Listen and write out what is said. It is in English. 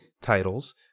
titles